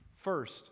First